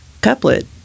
couplet